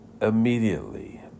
Immediately